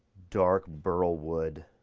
dark burl wood.